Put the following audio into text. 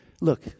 Look